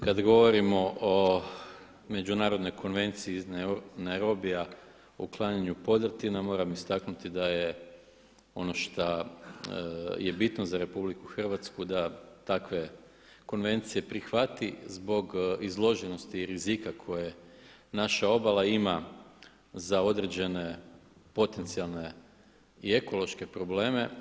Kada govorimo o Međunarodnoj konvenciji iz Nairobija o uklanjanju podrtina moram istaknuti da je ono šta je bitno za RH da takve konvencije prihvati zbog izloženosti i rizika koje naša obala ima za određene potencijalne i ekološke probleme.